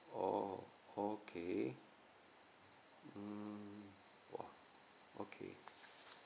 oh okay mm !wah! okay